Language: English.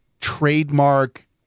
trademark